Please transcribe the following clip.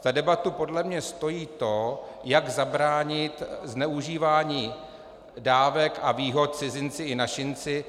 Za debatu podle mě stojí to, jak zabránit zneužívání dávek a výhod cizinci i našinci.